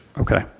Okay